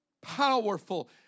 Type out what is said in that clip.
powerful